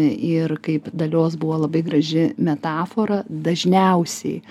ir kaip dalios buvo labai graži metafora dažniausiai